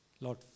Lord